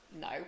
no